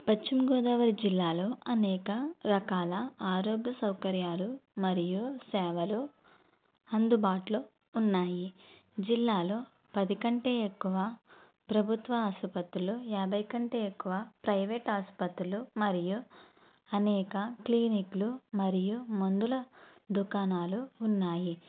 పశ్చిమగోదావరి జిల్లాలో అనేక రకాల ఆరోగ్య సౌకర్యాలు మరియు సేవలు అందుబాటులో ఉన్నాయి జిల్లాలో పది కంటే ఎక్కువ ప్రభుత్వ ఆసుపత్రులు యాభై కంటే ఎక్కువ ప్రైవేట్ ఆసుపత్రులు మరియు అనేక క్లినిక్లు మరియు మందుల దుకాణాలు ఉన్నాయి